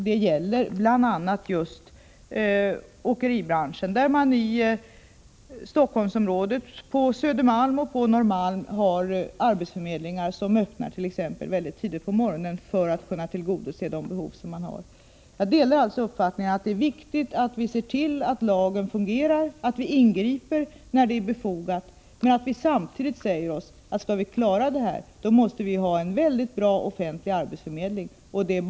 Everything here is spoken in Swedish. Det gäller bl.a. just åkeribranschen, där man i Stockholmsområdet t.ex. har arbetsförmedlingar på Södermalm och på Norrmalm som öppnar väldigt tidigt på morgonen för att kunna tillgodose de behov som finns. Jag delar alltså uppfattningen att det är viktigt att vi ser till att lagen fungerar och ingriper när det är befogat, men samtidigt måste vi säga oss att det behövs en väldigt bra offentlig arbetsförmedling för att klara det här.